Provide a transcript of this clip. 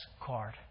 card